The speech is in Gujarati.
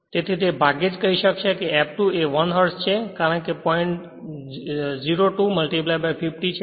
તેથી તે ભાગ્યે જ કહી શકશે F2 એ 1 હર્ટ્ઝ છે કારણ કે 02 50 છે